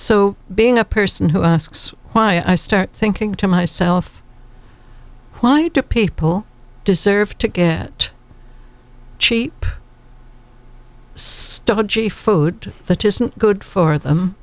so being a person who asks why i start thinking to myself why do people deserve to get cheap stodgy food that isn't good for them